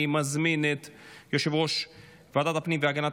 אני מזמין את יושב-ראש ועדת הפנים והגנת